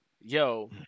Yo